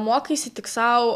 mokaisi tik sau